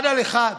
אחד על אחד,